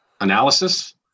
analysis